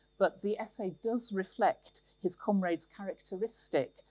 but the essay does reflect his comrade's characteristic,